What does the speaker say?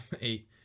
eight